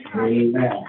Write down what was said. amen